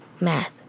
math